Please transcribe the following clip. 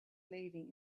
leading